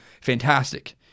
fantastic